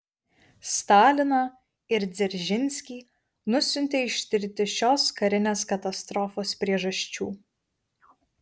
staliną ir dzeržinskį nusiuntė ištirti šios karinės katastrofos priežasčių